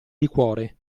liquore